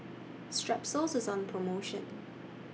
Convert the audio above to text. Strepsils IS on promotion